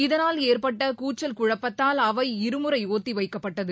இதனால் ஏற்பட்டகூச்சல் குழப்பத்தால் அவை இருமுறைஒத்திவைக்கப்பட்டது